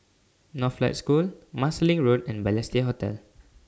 Northlight School Marsiling Road and Balestier Hotel